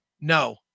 no